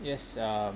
yes um